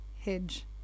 hedge